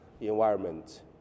environment